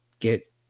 get